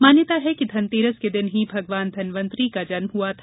मान्यता है कि धनर्तरस के दिन ही भगवान धनवंतरि का जन्म हुआ था